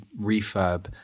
refurb